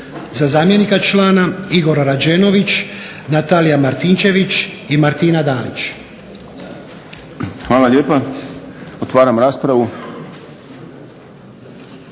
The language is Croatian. Za zamjenika člana Igor Rađenović, Natalija Martinčević i Martina Dalić. **Šprem, Boris (SDP)** Hvala lijepa. Otvaram raspravu.